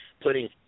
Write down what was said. putting